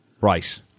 Right